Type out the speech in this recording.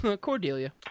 Cordelia